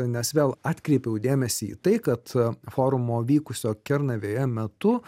nes vėl atkreipiau dėmesį į tai kad forumo vykusio kernavėje metu